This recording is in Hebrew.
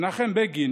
מנחם בגין